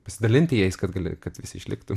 pasidalinti jais kad gali kad visi išliktų